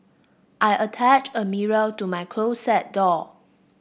I attached a mirror to my closet door